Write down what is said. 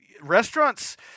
restaurants